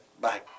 Bye